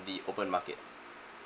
the open market